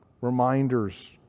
Reminders